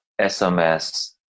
SMS